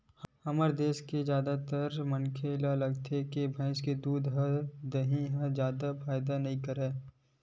हमर देस के जादातर मनखे ल लागथे के भइस के दूद ह देहे बर जादा फायदा नइ करय